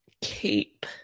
keep